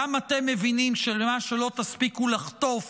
גם אתם מבינים שמה שלא תספיקו לחטוף